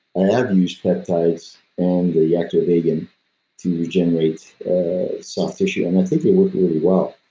i have used peptides and the actovegin to regenerate soft tissue, and i think they work really well.